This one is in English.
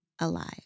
alive